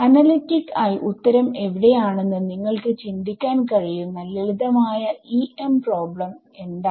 analytic ആയി ഉത്തരം എവിടെയാണെന്ന് നിങ്ങൾക്ക് ചിന്തിക്കാൻ കഴിയുന്ന ലളിതമായ EM പ്രോബ്ലം എന്താണ്